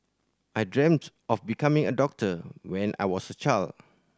I dreamt of becoming a doctor when I was a child